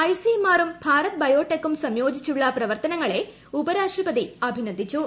ഐസിഎംആറും ഭാരത് ബയോടെക്കും സംയോജിച്ചുള്ള പ്രവർത്തനങ്ങളെ ഉപരാഷ്ട്രപതി അഭിനന്ദിച്ചു